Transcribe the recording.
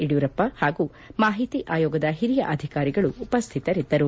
ಯಡಿಯೂರಪ್ಪ ಹಾಗೂ ಮಾಹಿತಿ ಆಯೋಗದ ಹಿರಿಯ ಅಧಿಕಾರಿಗಳು ಉಪಸ್ದಿತರಿದ್ದರು